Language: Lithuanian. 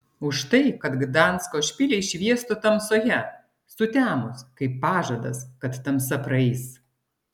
už tai kad gdansko špiliai šviestų tamsoje sutemus kaip pažadas kad tamsa praeis